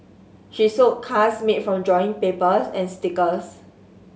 she sold cards made from drawing papers and stickers